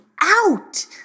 out